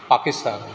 Pakistan